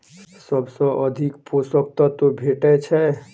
सबसँ अधिक पोसक तत्व भेटय छै?